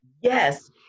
Yes